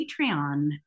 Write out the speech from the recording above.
Patreon